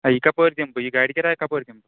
آ یہِ کَپٲرۍ دِمہٕ بہٕ یہِ گاڑِ کِراے کَپٲرۍ دِمہٕ بہٕ